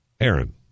Aaron